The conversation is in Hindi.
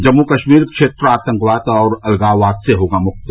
जम्मू कश्मीर क्षेत्र आतंकवाद और अलगाववाद से होगा मुक्त